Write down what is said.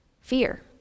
fear